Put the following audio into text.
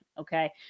okay